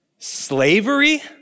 Slavery